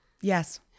Yes